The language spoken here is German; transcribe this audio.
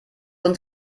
uns